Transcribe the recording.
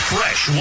Fresh